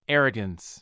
Arrogance